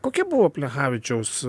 kokia buvo plechavičiaus